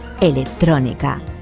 electrónica